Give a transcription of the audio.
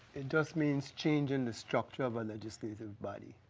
it just means change in the structure of a legislative body.